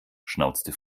schnauzte